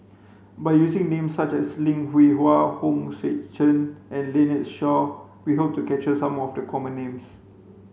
by using names such as Lim Hwee Hua Hong Sek Chern and Lynnette Seah we hope to capture some of the common names